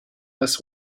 this